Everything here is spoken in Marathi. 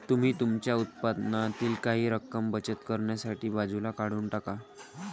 तुम्ही तुमच्या उत्पन्नातील काही रक्कम बचत करण्यासाठी बाजूला काढून टाका